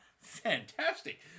fantastic